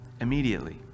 immediately